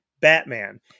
Batman